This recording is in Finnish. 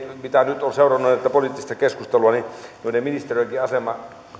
mitä nyt on seurannut poliittista keskustelua että ministeriöidenkään asema